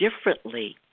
differently